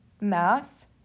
math